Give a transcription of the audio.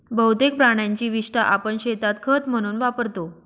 बहुतेक प्राण्यांची विस्टा आपण शेतात खत म्हणून वापरतो